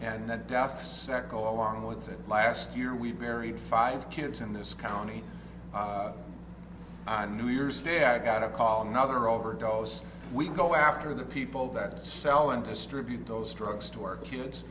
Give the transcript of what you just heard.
and that daft seco along with it last year we buried five kids in this county i'm new year's day i got a call another overdose we go after the people that sell and distribute those drugs to work kids